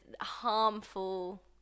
harmful –